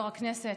יו"ר הישיבה,